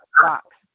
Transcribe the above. box